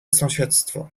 sąsiedztwo